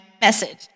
message